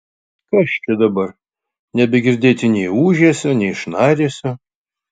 kas čia dabar nebegirdėti nei ūžesio nei šnaresio